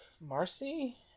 Marcy